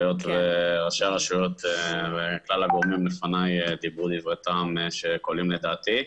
היות וראשי הרשויות וכלל הגורמים לפניי דיברו דברי טעם שקולעים לדעתי.